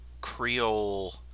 Creole